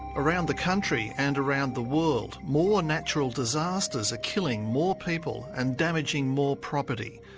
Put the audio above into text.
around the country, and around the world, more natural disasters are killing more people, and damaging more property.